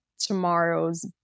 tomorrow's